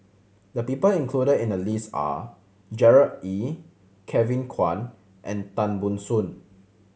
the people included in the list are Gerard Ee Kevin Kwan and Tan Ban Soon